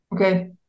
Okay